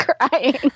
crying